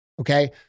Okay